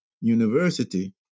University